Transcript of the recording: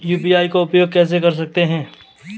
UPI का उपयोग कैसे कर सकते हैं?